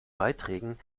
beiträgen